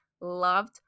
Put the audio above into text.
loved